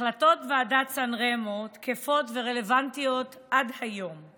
החלטות ועידת סן רמו תקפות ורלוונטיות עד היום,